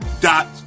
dot